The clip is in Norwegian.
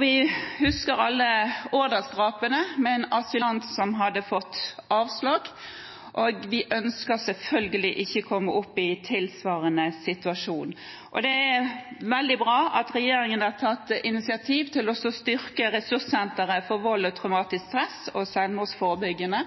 Vi husker alle Årdalsdrapene, med en asylant som hadde fått avslag, og vi ønsker selvfølgelig ikke å komme opp i tilsvarende situasjon. Det er veldig bra at regjeringen har tatt initiativ til å styrke ressurssentrene for vold, traumatisk stress og selvmordsforebygging,